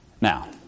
Now